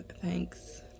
thanks